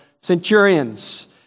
centurions